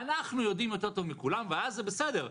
אנחנו יודעים יותר טוב מכולם ואז זה בסדר,